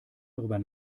darüber